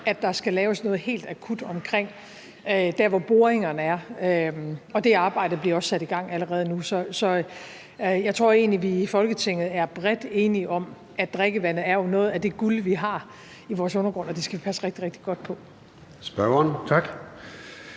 at der skal laves noget helt akut omkring der, hvor boringerne er, og det arbejde bliver også sat i gang allerede nu. Så jeg tror egentlig, at vi i Folketinget er bredt enige om, at drikkevandet er noget af det guld, vi har i vores undergrund, og at det skal vi passe rigtig, rigtig godt på. Kl.